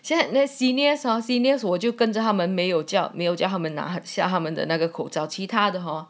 现在 seniors hor seniors 我就跟着他们没有叫没有教他们拿下他们的那个口罩其他的 hor